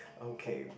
okay